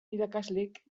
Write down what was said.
irakaslek